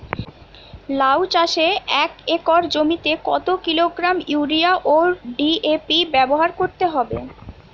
লাউ চাষে এক একর জমিতে কত কিলোগ্রাম ইউরিয়া ও ডি.এ.পি ব্যবহার করতে হবে?